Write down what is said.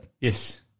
Yes